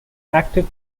active